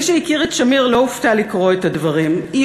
מי שהכיר את שמיר לא הופתע לקרוא את הדברים.